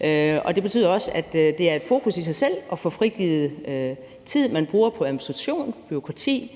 vejen. Det betyder også, at det er et fokus i sig selv at få frigivet tid, man bruger på administration og bureaukrati,